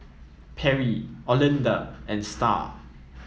Perry Olinda and Star